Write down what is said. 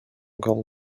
girl